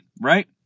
right